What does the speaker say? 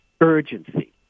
urgency